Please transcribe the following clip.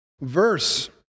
verse